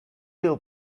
will